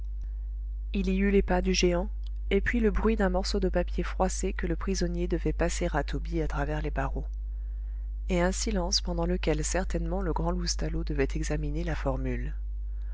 il y eut les pas du géant et puis le bruit d'un morceau de papier froissé que le prisonnier devait passer à tobie à travers les barreaux et un silence pendant lequel certainement le grand loustalot devait examiner la formule